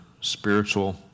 spiritual